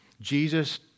Jesus